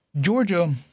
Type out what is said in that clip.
Georgia